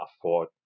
afford